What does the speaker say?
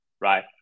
right